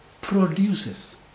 produces